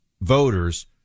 voters